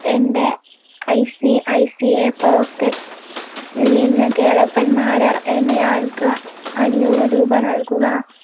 എൻ്റെ I C I C I പോക്കറ്റ്സിൽ നിന്ന് കേളപ്പൻ മാരാർ എന്നയാൾക്ക് അഞ്ഞൂറുരൂപ നൽകുക